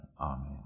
Amen